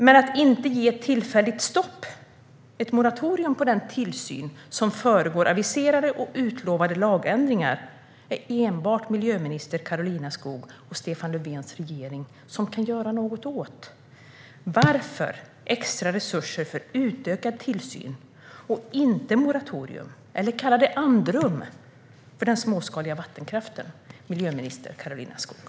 Men ett tillfälligt stopp, ett moratorium, när det gäller den tillsyn som föregår aviserade och utlovade lagändringar är det enbart miljöminister Karolina Skog och Stefan Löfvens regering som kan göra något åt. Varför ger man extra resurser för utökad tillsyn och inte ett moratorium - kalla det andrum - för den småskaliga vattenkraften, miljöminister Karolina Skog?